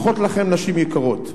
ברכות לכן, נשים יקרות.